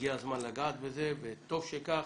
הגיע הזמן לגעת בזה וטוב שכך,